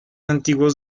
antiguos